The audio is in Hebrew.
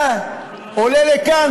אתה עולה לכאן,